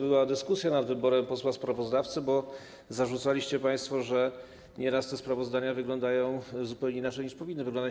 Była dyskusja nad wyborem posła sprawozdawcy, bo zarzucaliście państwo, że nieraz te sprawozdania wyglądają zupełnie inaczej, niż powinny wyglądać.